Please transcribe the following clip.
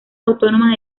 autónoma